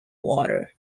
water